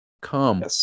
Come